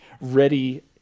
ready